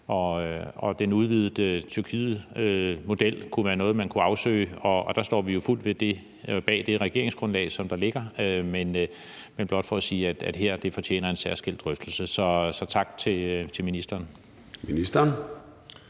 Den udvidede Tyrkiet-model kunne være noget, man kunne afsøge, og der står vi jo fuldt bag det regeringsgrundlag, som der ligger; men det er blot for at sige, at det her fortjener en særskilt drøftelse. Så tak til ministeren.